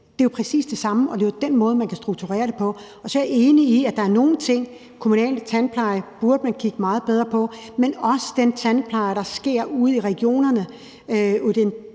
er det jo præcis det samme, og det er jo den måde, man kan strukturere det på. Så er jeg enig i, at der er nogle ting, f.eks. kommunal tandpleje, som man burde kigge nøjere på, men også den tandpleje, der sker ude i regionerne,